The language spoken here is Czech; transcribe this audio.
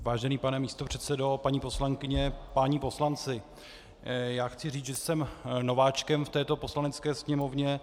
Vážený pane místopředsedo, paní poslankyně, páni poslanci, chci říct, že jsem nováčkem v této Poslanecké sněmovně.